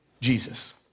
Jesus